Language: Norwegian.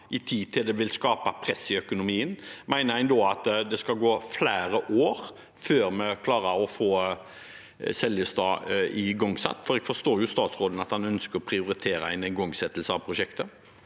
til det vil skape press i økonomien – at det skal gå flere år før vi klarer å få Seljestad-prosjektet igangsatt? For jeg forstår på statsråden at han ønsker å prioritere en igangsettelse av prosjektet.